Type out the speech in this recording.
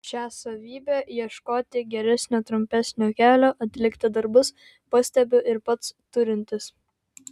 šią savybę ieškoti geresnio trumpesnio kelio atlikti darbus pastebiu ir pats turintis